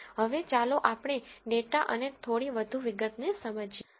હવે ચાલો આપણે ડેટા અને થોડી વધુ વિગતને સમજીએ